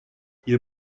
ihr